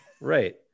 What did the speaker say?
right